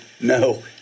no